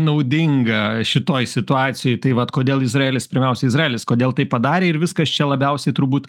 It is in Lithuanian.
naudinga šitoj situacijoj tai vat kodėl izraelis pirmiausia izraelis kodėl tai padarė ir viskas čia labiausiai turbūt